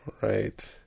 Right